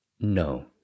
No